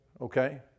Okay